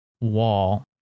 wall